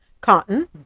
Cotton